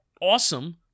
awesome